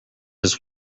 his